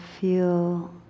feel